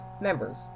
Members